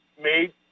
made